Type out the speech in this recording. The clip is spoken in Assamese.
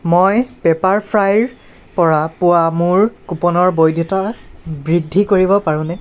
মই পেপাৰফ্ৰাইৰ পৰা পোৱা মোৰ কুপনৰ বৈধতা বৃদ্ধি কৰিব পাৰোনে